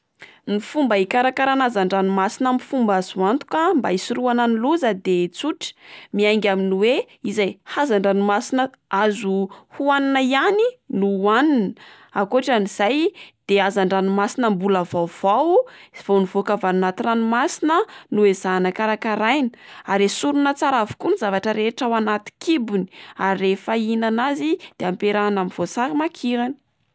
Ny fomba hikarakarana hazan-dranomasina amin'ny fomba azo antoka mba hisoroana ny loza de tsotra miainga amin'ny oe izay hazan-dranomasina azo hoanina ihany no hoanina, akotran'izay de hazan-dranomasina mbola vaovao vao nivoka avy any anaty ranomasina no ezahana karakaraina ary esorina tsara avokoa ny zavatra rehetra ao anaty kibony, ary rehefa ihinana azy de ampiarahana amin'ny voasary makirana.